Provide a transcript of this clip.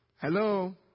hello